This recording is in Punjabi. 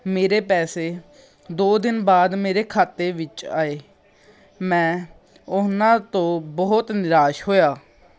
ਮੇਰੇ ਪੈਸੇ ਦੋ ਦਿਨ ਬਾਅਦ ਮੇਰੇ ਖਾਤੇ ਵਿੱਚ ਆਏ ਮੈਂ ਉਹਨਾਂ ਤੋਂ ਬਹੁਤ ਨਿਰਾਸ਼ ਹੋਇਆ